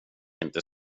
inte